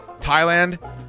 Thailand